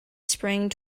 sprang